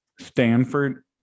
Stanford